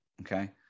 Okay